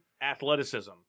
athleticism